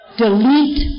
delete